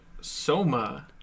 Soma